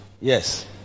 Yes